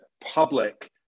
public